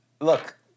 look